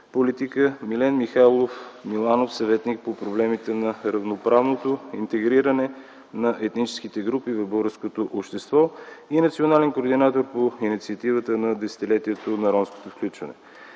политика, Милен Михайлов Миланов – съветник по проблемите на равноправното интегриране на етническите групи в българското общество и национален координатор по Инициативата на десетилетието на ромското включване.